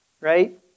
right